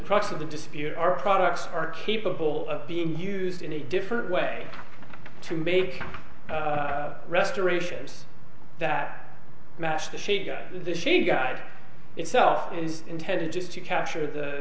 crux of the dispute our products are capable of being used in a different way to make restorations that match the shape of the shape guide itself is intended just to capture the